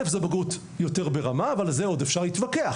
זאת בגרות יותר ברמה על זה עוד אפשר להתווכח